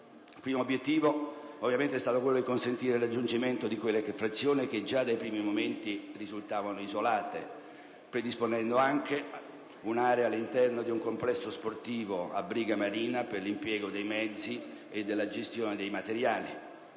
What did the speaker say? Il primo obiettivo è stato ovviamente quello di consentire il raggiungimento di quelle frazioni che già dai primi momenti risultavano isolate, predisponendo anche un'area all'interno di un complesso sportivo a Briga Marina per l'impiego dei mezzi per la gestione dei materiali.